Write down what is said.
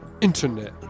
internet